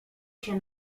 się